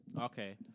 Okay